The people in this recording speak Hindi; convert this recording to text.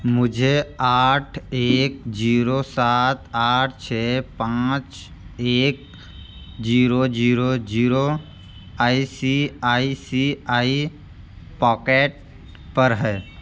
मुझे आठ एक ज़ीरो सात आठ छः पाँच एक ज़ीरो ज़ीरो ज़ीरो आई सी आई सी आई पॉकेट पर है